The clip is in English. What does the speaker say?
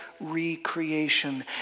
recreation